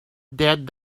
dead